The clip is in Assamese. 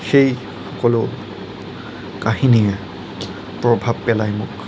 সেই সকলো কাহিনীয়ে প্ৰভাৱ পেলাই মোক